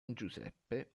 giuseppe